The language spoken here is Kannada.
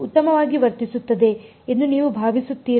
ಉತ್ತಮವಾಗಿ ವರ್ತಿಸುತ್ತದೆ ಎಂದು ನೀವು ಭಾವಿಸುತ್ತೀರಾ